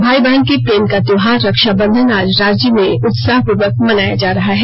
भाई बहन के प्रेम का त्योहार रक्षा बंधन आज राज्य भर में उत्साह पूर्वक मनाया जा रहा है